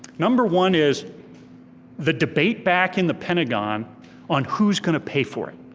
number one is the debate back in the pentagon on who's gonna pay for it.